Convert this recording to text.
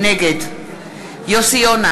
נגד יוסי יונה,